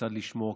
כיצד לשמור?